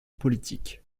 politique